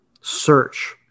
search